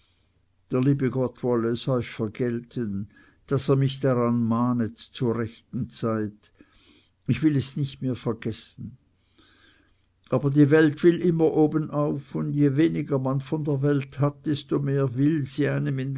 der liebe gott wolle es euch vergelten daß ihr mich daran mahnet zu rechter zeit ich will es nicht mehr vergessen aber die welt will immer obenauf und je weniger man von der welt hat desto mehr will sie einem